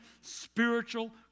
spiritual